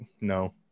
no